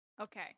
Okay